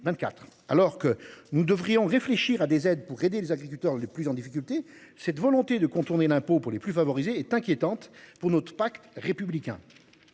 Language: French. alors que nous devrions réfléchir à des aides pour aider les agriculteurs les plus en difficulté. Cette volonté de contourner l'impôt pour les plus favorisés est inquiétante pour notre pacte républicain.